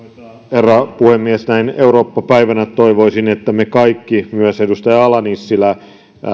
herra puhemies näin eurooppa päivänä toivoisin että me kaikki myös edustaja ala nissilä